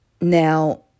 Now